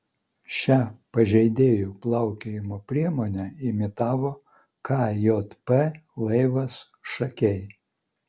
šią pažeidėjų plaukiojimo priemonę imitavo kjp laivas šakiai